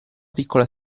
piccola